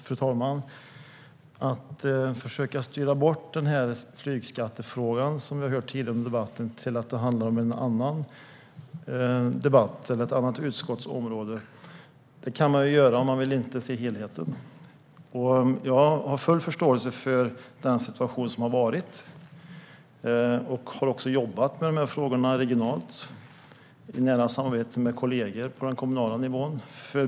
Fru talman! Att styra över flygskattefrågan till att handla om ett annat utskottsområde kan man väl göra om man inte vill se helheten. Jag har full förståelse för den situation som har varit. Jag har också jobbat med dessa frågor regionalt i nära samarbete med kollegor på den kommunala nivån.